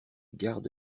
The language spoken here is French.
garde